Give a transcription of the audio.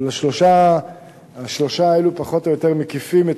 אבל השלושה האלה פחות או יותר מקיפים לפחות את